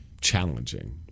challenging